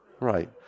right